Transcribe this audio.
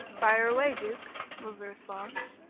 fire away, duke, was the response.